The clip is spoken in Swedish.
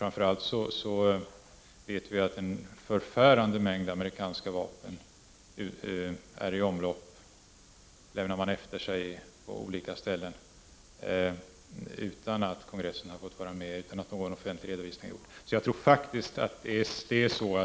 Framför allt vet vi att en förfärande mängd vapen är i omlopp som amerikanarna lämnat efter sig på olika ställen utan att kongressen har fått vara med och bestämma och utan att någon offentlig redovisning har gjorts.